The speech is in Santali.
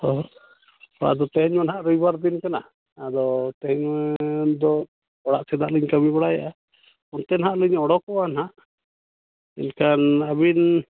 ᱦᱳᱭ ᱟᱫᱚ ᱛᱮᱦᱮᱧ ᱫᱚ ᱦᱟᱜ ᱨᱚᱵᱤᱵᱟᱨ ᱫᱤᱱ ᱠᱟᱱᱟ ᱟᱫᱚ ᱛᱮᱦᱮᱧ ᱫᱚ ᱚᱲᱟᱜ ᱥᱮᱫᱟᱜ ᱞᱤᱧ ᱠᱟᱹᱢᱤ ᱵᱟᱲᱟᱭᱮᱫᱼᱟ ᱚᱱᱛᱮ ᱱᱟᱦᱟᱜ ᱞᱤᱧ ᱚᱰᱚᱠᱚᱜᱼᱟ ᱱᱟᱦᱟᱜ ᱮᱱᱠᱷᱟᱱ ᱟᱹᱵᱤᱱ